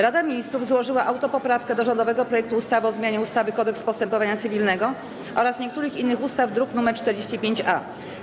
Rada Ministrów złożyła autopoprawkę do rządowego projektu ustawy o zmianie ustawy Kodeks postępowania cywilnego oraz niektórych innych ustaw, druk nr 45-A.